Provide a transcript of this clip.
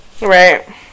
Right